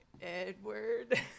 Edward